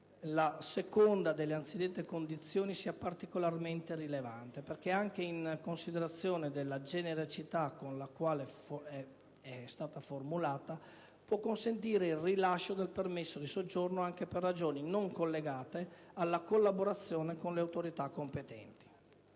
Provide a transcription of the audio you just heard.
la seconda delle anzidette condizioni sia particolarmente rilevante perché, anche in considerazione della genericità con la quale è stata formulata, può consentire il rilascio del permesso di soggiorno anche per ragioni non collegate alla collaborazione con le autorità competenti.